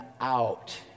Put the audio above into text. out